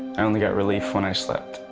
i only got relief when i slept.